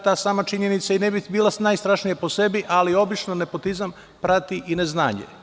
Ta sama činjenica ne bi bila najstrašnija po sebi, ali obično nepotizam prati i neznanje.